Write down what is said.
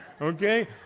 Okay